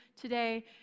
today